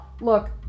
Look